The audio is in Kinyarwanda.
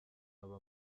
aba